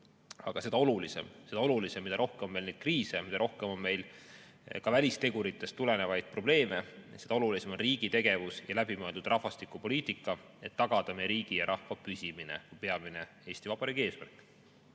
Aga seda olulisem, mida rohkem on meil neid kriise, mida rohkem on meil ka välisteguritest tulenevaid probleeme, seda olulisem on riigi tegevus ja läbimõeldud rahvastikupoliitika, et tagada meie riigi ja rahva püsimine, [mis on] peamine Eesti Vabariigi eesmärk.